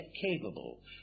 capable